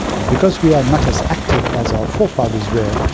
and because we are not as active as our forefathers were,